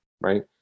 Right